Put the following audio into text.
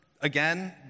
again